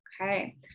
Okay